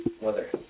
Weather